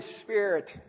Spirit